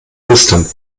ostern